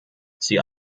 sie